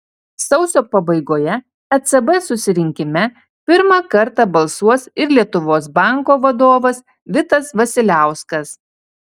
sausio pabaigoje ecb susirinkime pirmą kartą balsuos ir lietuvos banko vadovas vitas vasiliauskas